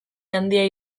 handia